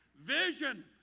Vision